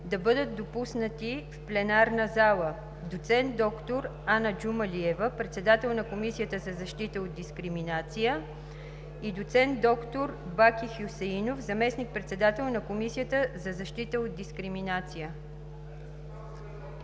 да бъдат допуснати в пленарната зала доцент доктор Ана Джумалиева – председател на Комисията за защита от дискриминация, и доцент доктор Баки Хюсеинов – заместник-председател на Комисията за защита от дискриминация.